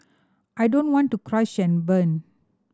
I don't want to crash and burn